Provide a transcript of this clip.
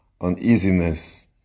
uneasiness